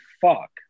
fuck